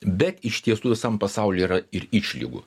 bet iš tiesų visam pasauly yra ir išlygų